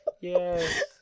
yes